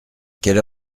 quelle